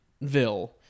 Ville